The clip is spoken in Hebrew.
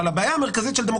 כן, כבודו.